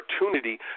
opportunity